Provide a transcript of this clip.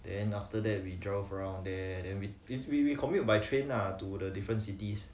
then after that we drove around there then we we we commute by train lah to the different cities